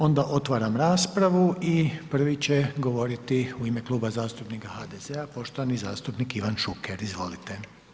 Onda otvaram raspravu i prvi će govoriti u ime Kluba zastupnika HDZ-a poštovani zastupnik Ivan Šuker, izvolite.